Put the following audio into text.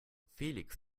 felix